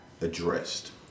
addressed